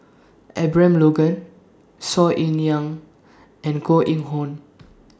Abraham Logan Saw Ean Young and Koh Eng Hoon